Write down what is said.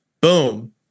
Boom